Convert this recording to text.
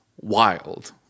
wild